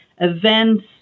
events